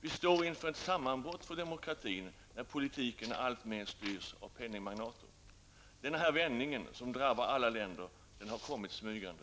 Vi står inför ett sammanbrott för demokratin när politiken alltmer styrs av penningmagnaterna. Denna vändning, som drabbar alla länder, har kommit smygande.